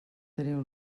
teniu